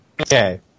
Okay